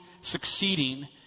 succeeding